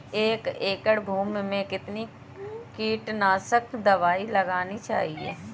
एक एकड़ भूमि में कितनी कीटनाशक दबाई लगानी चाहिए?